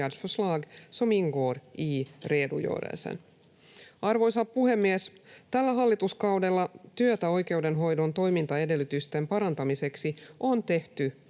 Arvoisa puhemies! Tällä hallituskaudella työtä oikeudenhoidon toimintaedellytysten parantamiseksi on tehty